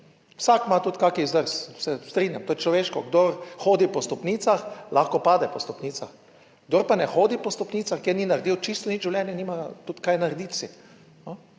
vsak ima tudi kakšen zdrs, se strinjam, to je človeško. Kdor hodi po stopnicah, lahko pade po stopnicah, kdor pa ne hodi po stopnicah, ker ni naredil čisto nič v življenju, nima kaj narediti.